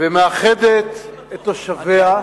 ומאחדת את תושביה,